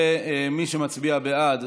מי שמצביע בעד,